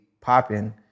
popping